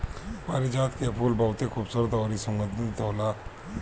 पारिजात के फूल बहुते खुबसूरत अउरी सुगंधित होला